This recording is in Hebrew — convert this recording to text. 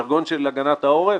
שעת התקפה בז'רגון של הגנת העורף